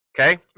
okay